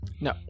No